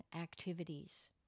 activities